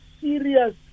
serious